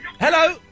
Hello